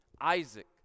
Isaac